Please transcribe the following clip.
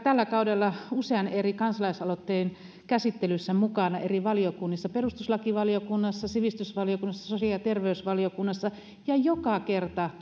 tällä kaudella usean eri kansalaisaloitteen käsittelyssä mukana eri valiokunnissa perustuslakivaliokunnassa sivistysvaliokunnassa sosiaali ja terveysvaliokunnassa ja joka kerta